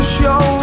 show